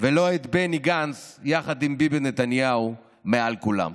ולא את בני גנץ יחד עם ביבי נתניהו מעל כולם.